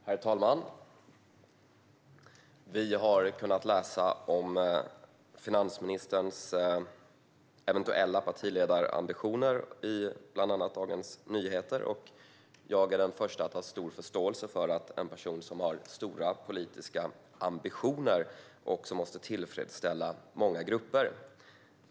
Herr talman! Vi har kunnat läsa om finansministerns eventuella partiledarambitioner i bland annat Dagens Nyheter. Jag är den förste att ha stor förståelse för att en person som har stora politiska ambitioner också måste tillfredsställa många grupper.